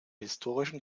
historischen